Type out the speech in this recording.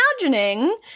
imagining